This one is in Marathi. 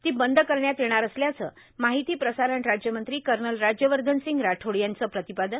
ती बंद करण्यात येणार असल्याचं माहिती प्रसारण राज्यमंत्री कर्नल राज्यवर्धनसिंह राठोड यांच प्रतिपादन